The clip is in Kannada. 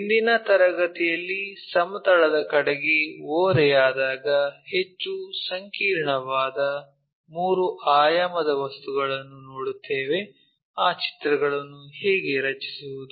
ಇಂದಿನ ತರಗತಿಯಲ್ಲಿ ಸಮತಲದ ಕಡೆಗೆ ಓರೆಯಾದಾಗ ಹೆಚ್ಚು ಸಂಕೀರ್ಣವಾದ ಮೂರು ಆಯಾಮದ ವಸ್ತುಗಳನ್ನು ನೋಡುತ್ತೇವೆ ಆ ಚಿತ್ರಗಳನ್ನು ಹೇಗೆ ರಚಿಸುವುದು